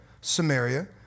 Samaria